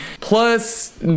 Plus